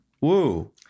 Woo